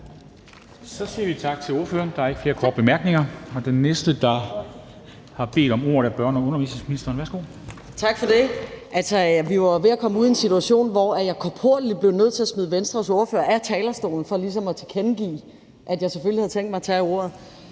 Så siger vi tak til ordføreren. Der er ikke flere korte bemærkninger, og den næste, der har bedt om ordet, er børne- og undervisningsministeren. Værsgo. Kl. 09:56 Børne- og undervisningsministeren (Pernille Rosenkrantz-Theil): Tak for det. Vi var jo ved at komme ud i en situation, hvor jeg korporligt blev nødt til at smide Venstres ordfører af talerstolen for ligesom at tilkendegive, at jeg selvfølgelig havde tænkt mig at tage ordet,